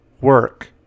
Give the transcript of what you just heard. work